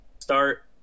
start